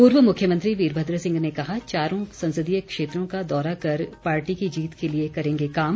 पूर्व मुख्यमंत्री वीरभद्र सिंह ने कहा चारों संसदीय क्षेत्रों का दौरा कर पार्टी की जीत के लिए करेंगे काम